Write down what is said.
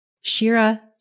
Shira